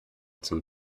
zum